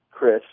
Chris